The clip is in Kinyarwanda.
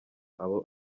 abo